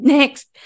Next